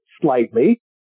slightly